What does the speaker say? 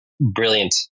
brilliant